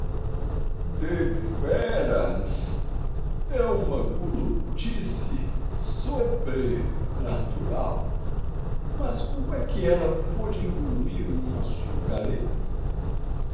de ve ras é uma gulodice sobre natural mas como é que ella pôde engulir um açucareiro